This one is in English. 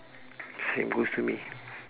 same goes to me